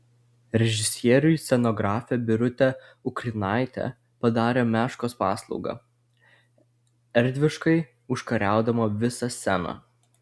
režisieriui scenografė birutė ukrinaitė padarė meškos paslaugą erdviškai užkariaudama visą sceną